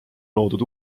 loodud